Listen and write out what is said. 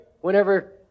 whenever